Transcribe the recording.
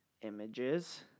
images